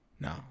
no